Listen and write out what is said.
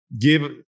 Give